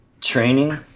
training